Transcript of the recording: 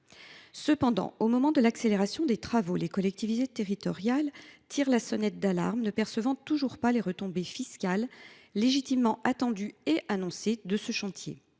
Cependant, au moment de l’accélération des travaux, les collectivités territoriales tirent la sonnette d’alarme, car elles ne perçoivent toujours pas les retombées fiscales légitimement attendues et annoncées de ce chantier.